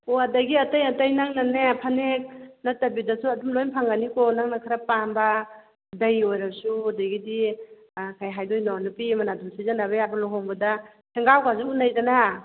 ꯑꯣ ꯑꯗꯒꯤ ꯑꯇꯩ ꯑꯇꯩ ꯅꯪꯅꯅꯦ ꯐꯅꯦꯛ ꯅꯠꯇꯕꯤꯗꯁꯨ ꯑꯗꯨꯝ ꯂꯣꯏ ꯐꯪꯒꯅꯤꯀꯣ ꯅꯪꯅ ꯈꯔ ꯄꯥꯝꯕ ꯈꯨꯗꯩ ꯑꯣꯏꯔꯁꯨ ꯑꯗꯒꯤꯗꯤ ꯀꯩ ꯍꯥꯏꯗꯣꯏꯅꯣ ꯅꯨꯄꯤ ꯑꯃꯅ ꯑꯗꯨꯝ ꯁꯤꯖꯟꯅꯕ ꯌꯥꯕ ꯂꯨꯍꯣꯡꯕꯗ ꯁꯦꯡꯒꯥꯎꯒꯁꯨ ꯎꯟꯅꯩꯗꯅ